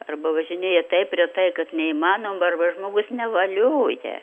arba važinėja taip retai kad neįmanoma arba žmogus nevalioja